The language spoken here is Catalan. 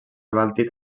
bàltic